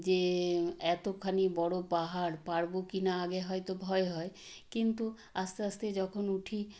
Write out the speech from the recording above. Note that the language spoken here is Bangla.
যে এতখানি বড়ো পাহাড় পারবো কি না আগে হয়তো ভয় হয় কিন্তু আস্তে আস্তে যখন উঠি